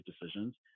decisions